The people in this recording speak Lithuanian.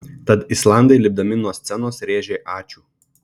tad islandai lipdami nuo scenos rėžė ačiū